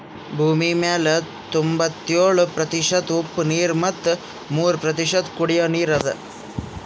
ಭೂಮಿಮ್ಯಾಲ್ ತೊಂಬತ್ಯೋಳು ಪ್ರತಿಷತ್ ಉಪ್ಪ್ ನೀರ್ ಮತ್ ಮೂರ್ ಪ್ರತಿಷತ್ ಕುಡಿಯೋ ನೀರ್ ಅದಾ